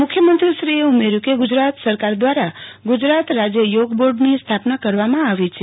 મુખ્યમંત્રી શ્રી એ ઉમેર્યુ કે ગુજરાત સરકાર દ્વારા ગુજરાત રાજ્ય યોગ બોર્ડ ની સ્થાપના કરવામાં આવી છે